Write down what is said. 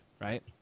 right